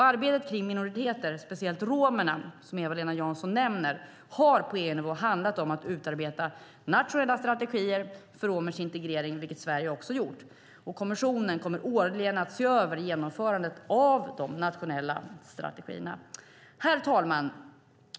Arbetet kring minoriteter, speciellt romerna som Eva-Lena Jansson nämner, har på EU-nivå handlat om att utarbeta nationella strategier för romers integrering, vilket Sverige också gjort. Kommissionen kommer årligen att se över genomförandet av de nationella strategierna. Herr talman!